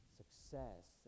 success